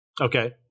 Okay